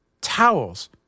towels